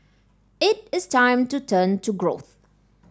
it is time to turn to growth